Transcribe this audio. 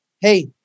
hey